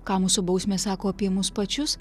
ką mūsų bausmės sako apie mus pačius